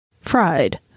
Fried